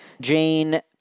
Jane